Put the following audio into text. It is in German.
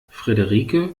frederike